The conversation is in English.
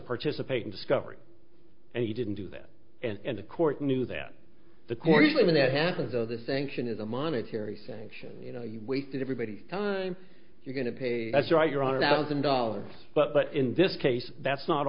participate in discovery and he didn't do that and the court knew that the court usually when that happens though the sanction is a monetary sanction you know you're wasting everybody's time you're going to pay that's right you're on a thousand dollars but in this case that's not